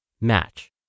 match